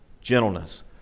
gentleness